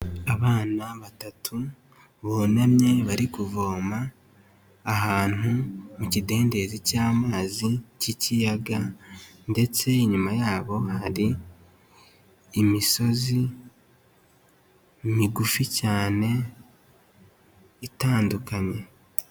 Abana batatu bunamye, bari kuvoma ahantu mu kidendezi cy'amazi cy'ikiyaga ndetse inyuma yabo hari imisozi migufi cyane itandukanye.